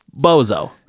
bozo